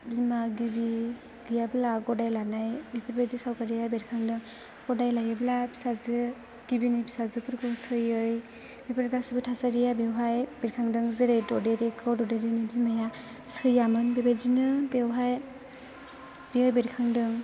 बिमा गिबि गैयाब्ला गदाय लानाय बेफोरबायदि सावगारिया बेरखांदों गदाय लायोब्ला फिसाजो गिबिनि फिसाजोफोरखौ सैयै बेफोर गासैबो थासारिया बेवहाय बेरखांदों जेरै ददेरेखौ ददेरेनि बिमाया सैयामोन बेबायदिनो बेवहाय बेयो बेरखांदों